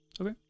okay